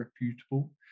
reputable